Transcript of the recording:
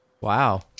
wow